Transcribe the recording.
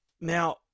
Now